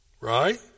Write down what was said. right